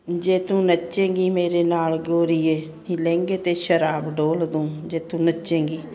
ਜੇ ਤੂੰ ਨੱਚੇਂਗੀ ਮੇਰੇ ਨਾਲ ਗੋਰੀਏ ਨੀ ਲਹਿੰਗੇ ਤੇ ਸ਼ਰਾਬ ਡੋਲ ਦੂੰ ਜੇ ਤੂੰ ਨੱਚੇਂਗੀ